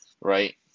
right